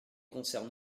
concerne